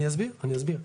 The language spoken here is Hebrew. אני אסביר.